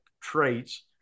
traits